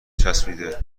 چسبیده